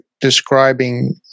describing